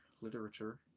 literature